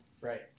Right